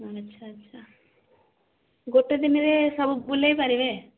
ଆଛା ଆଛା ଗୋଟେ ଦିନରେ ସବୁ ବୁଲେଇ ପାରିବେ